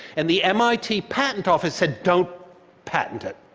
and the mit patent office said don't patent it.